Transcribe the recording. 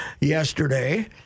yesterday